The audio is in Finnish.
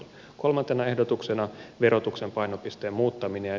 kolmantena ehdotuksena on verotuksen painopisteen muuttaminen